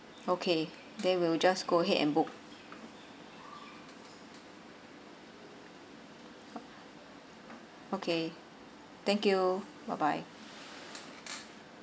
okay then we will just go ahead and book okay thank you bye bye